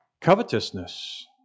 covetousness